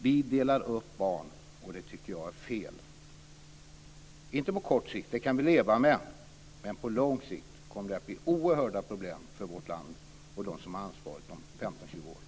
Vi delar upp barn, och det tycker jag är fel. På kort sikt kan vi leva med det, men på lång sikt kommer det att bli oerhörda problem för vårt land och för dem som har ansvaret om 15-20 år.